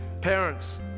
Parents